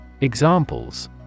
Examples